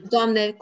Doamne